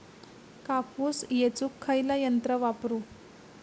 कापूस येचुक खयला यंत्र वापरू?